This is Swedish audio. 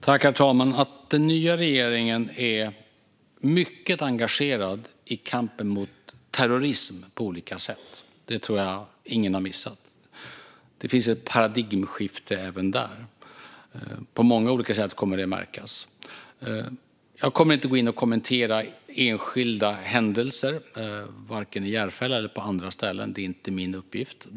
Herr talman! Att den nya regeringen är mycket engagerad i kampen mot terrorism på olika sätt tror jag ingen har missat. Det finns ett paradigmskifte även där. På många olika sätt kommer det att märkas. Jag kommer inte att gå in och kommentera enskilda händelser, varken i Järfälla eller på andra ställen. Det är inte min uppgift.